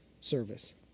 service